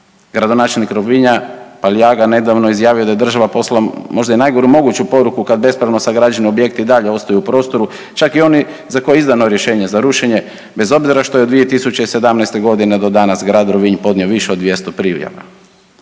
Gradonačelnik Rovinja Paliaga, nedavno je izjavio da je država poslala možda i najgoru moguću poruku kad bespravno sagrađeni objekti i dalje ostaju u prostoru, čak i oni za koje je izdano rješenje za rušenje, bez obzira što je od 2017. g. do danas grad Rovinj podnio više od 200 prijava.